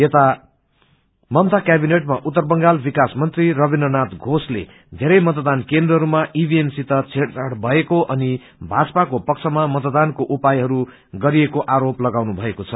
यता ममता क्याबिनेटमा उत्तर बंगाल विकास मन्त्री रविन्द्रनाथ घोषले धेरै मतदान केन्द्रहरूमा इभीएमसित छेड़छाड़ भएको अनि भाजपाको पक्षमा मतदानको उपायहरू गरिएको आरोप लगाउनुभएको छ